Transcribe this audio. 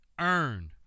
earn